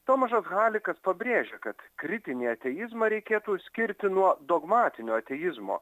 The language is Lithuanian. tomašas halikas pabrėžia kad kritinį ateizmą reikėtų skirti nuo dogmatinio ateizmo